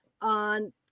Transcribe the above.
on